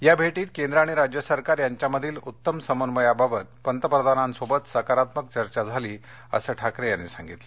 या भेटीत केंद्र आणि राज्य सरकार यांच्यामधील उत्तम समन्वयाबाबत पंतप्रधानांशी सकारात्मक चर्चा झाली असं ठाकरे म्हणाले